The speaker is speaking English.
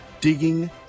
Digging